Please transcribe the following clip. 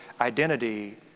identity